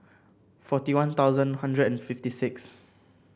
forty One Thousand One Hundred and fifty six